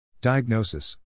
Diagnosis